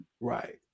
Right